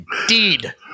Indeed